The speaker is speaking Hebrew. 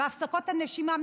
והפסקות הנשימה,